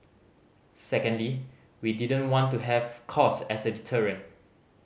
secondly we didn't want to have cost as a deterrent